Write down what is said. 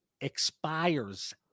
expires